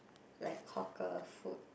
like hawker food